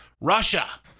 Russia